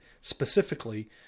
specifically